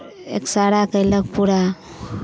x ray कयलक पूरा